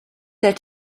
let